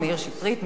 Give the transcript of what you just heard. מאיר שטרית,